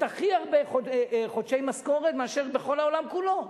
הכי הרבה חודשי משכורת מאשר בכל העולם כולו.